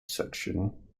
section